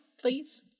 please